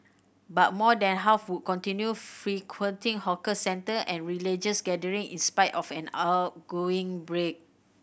but more than half would continue frequenting hawker centre and religious gathering in spite of an ongoing outbreak